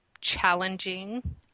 challenging